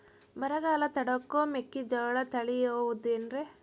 ಬರಗಾಲ ತಡಕೋ ಮೆಕ್ಕಿಜೋಳ ತಳಿಯಾವುದ್ರೇ?